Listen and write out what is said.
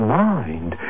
mind